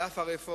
על אף הרפורמה,